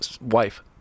wife